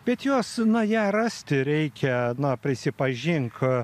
bet jos na ją rasti reikia na prisipažink